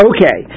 Okay